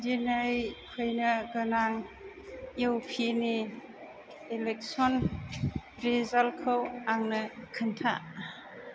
दिनै फैनो गोनां इउपिनि इलेक्सन रिसाल्टखौ आंनो खिन्था